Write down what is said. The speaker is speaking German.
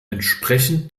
entsprechend